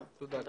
כן, תודה.